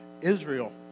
Israel